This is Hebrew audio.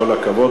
כל הכבוד.